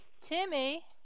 Timmy